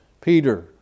Peter